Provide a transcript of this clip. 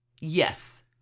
Yes